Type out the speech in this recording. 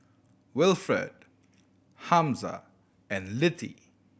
Wilfred Hamza and Littie